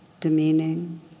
demeaning